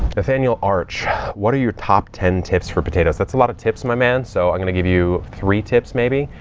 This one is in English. nathaniel arch what are your top ten tips for potatoes? that's a lot of tips my man. so i'm going to give you three tips maybe.